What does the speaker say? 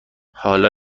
حالا